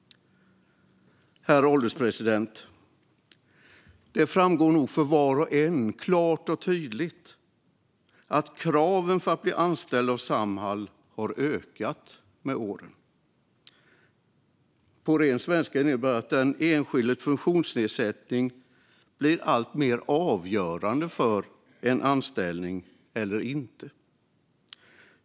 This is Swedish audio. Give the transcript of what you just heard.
Herr ålderspresident! Det framgår nog klart och tydligt för var och en att kraven för att bli anställd av Samhall har ökat med åren. Det innebär på ren svenska att den enskildes funktionsnedsättning blir alltmer avgörande för anställning eller inte.